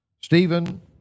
Stephen